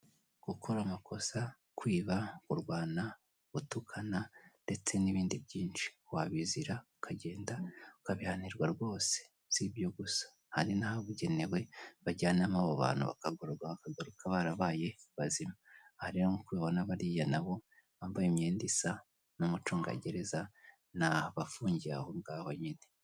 Gukora amakosa, kwiba, kurwana, gutukana ndetse n'ibindi byinshi wabizira ukagenda ukabihanirwa rwose, si ibyo gusa hari n'ahabugenewe bajyanamo abo bantu bakagororwa bakagaruka barabaye bazima. Aha rero nk'uko ubibona bariya nabo bambaye imyenda isa n'umucungagereza n'abafungiye aho ngaho nyine.